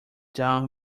down